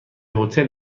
هتل